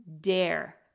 dare